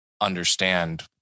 understand